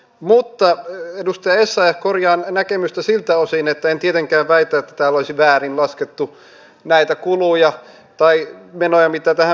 mutta edustaja essayah korjaan näkemystä siltä osin että en tietenkään väitä että täällä olisi väärin laskettu näitä kuluja tai menoja mitä tähän menee